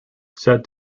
set